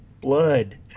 blood